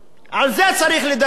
על זה צריך לדבר.